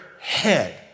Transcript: head